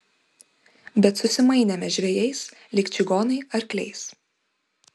bet susimainėme žvejais lyg čigonai arkliais